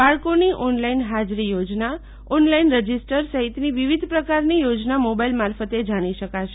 બળાકોની online હાજરી યોજના online register સહિતની વિવિધ પ્રકારની યોજના મોબાઈલ મારફતે જાણી શકાશે